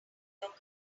your